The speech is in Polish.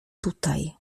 tutaj